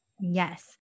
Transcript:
Yes